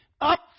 up